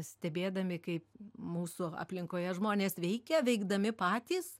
stebėdami kaip mūsų aplinkoje žmonės veikia veikdami patys